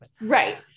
Right